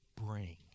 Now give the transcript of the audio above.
bring